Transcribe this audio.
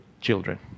children